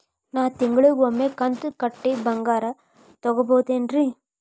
ನಾ ತಿಂಗಳಿಗ ಒಮ್ಮೆ ಕಂತ ಕಟ್ಟಿ ಬಂಗಾರ ತಗೋಬಹುದೇನ್ರಿ?